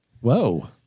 Whoa